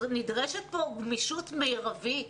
נדרשת פה גמישות מרבית,